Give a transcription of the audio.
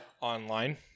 online